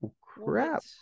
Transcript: crap